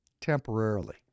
temporarily